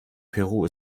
peru